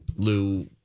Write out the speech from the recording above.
Lou